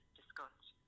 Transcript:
discussed